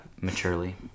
maturely